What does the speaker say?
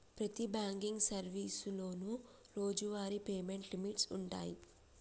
ప్రతి బాంకింగ్ సర్వీసులోనూ రోజువారీ పేమెంట్ లిమిట్స్ వుంటయ్యి